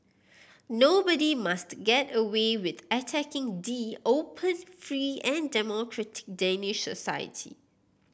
nobody must get away with attacking the open free and democratic Danish society